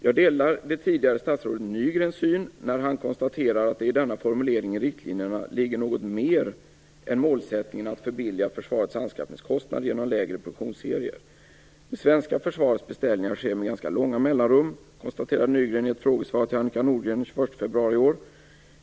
Jag delar det tidigare statsrådet Nygrens syn när han konstaterade att det i denna formulering i riktlinjerna ligger något mer än målsättningen att förbilliga försvarets anskaffningskostnader genom längre produktionsserier. Det svenska försvarets beställningar sker med ganska långa mellanrum, konstaterade Nygren i ett frågesvar till Annika Nordgren den 21 februari i år.